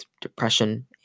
depression